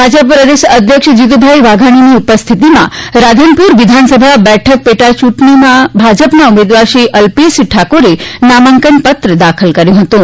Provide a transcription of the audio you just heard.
ભાજપ પ્રદેશ અધ્યક્ષ જીતુભાઇ વાઘાણીની ઉપસ્થિતિમાં રાધનપુર વિધાનસભા બેઠક પેટાચૂંટણીમાં ભાજપના ઉમેદવારશ્રી અલ્પેશ ઠાકોરે નામાંકન પત્ર દાખલ કર્યું હતું